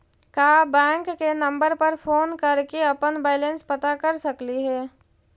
का बैंक के नंबर पर फोन कर के अपन बैलेंस पता कर सकली हे?